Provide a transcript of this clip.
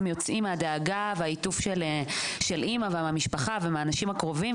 יוצאים מהדאגה והעיטוף של אמא והמשפחה והאנשים הקרובים,